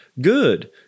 good